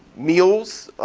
meals.